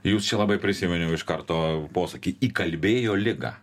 jūs čia labai prisiminiau iš karto posakį įkalbėjo ligą